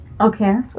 okay